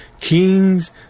kings